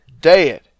Dead